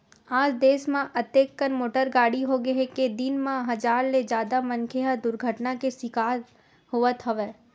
आज देस म अतेकन मोटर गाड़ी होगे हे के दिन म हजार ले जादा मनखे ह दुरघटना के सिकार होवत हवय